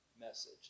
message